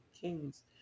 kings